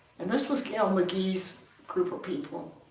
and this was gale mcgee's group of people.